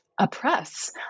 Oppress